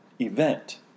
event